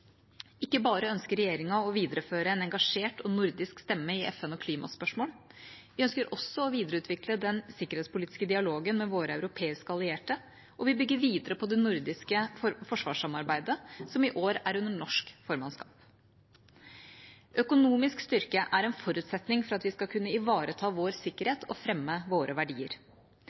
Ikke bare ønsker regjeringa å videreføre en engasjert nordisk stemme i FN- og klimaspørsmål, vi ønsker også å videreutvikle den sikkerhetspolitiske dialogen med våre europeiske allierte, og vi bygger videre på det nordiske forsvarssamarbeidet, som i år er under norsk formannskap. Økonomisk styrke er en forutsetning for at vi skal kunne ivareta vår sikkerhet og fremme våre verdier.